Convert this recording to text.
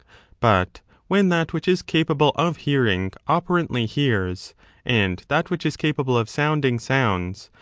but when that which is capable of hearing operantly hears and that which is capable of sounding sounds,